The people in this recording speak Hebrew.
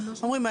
אנחנו אומרים,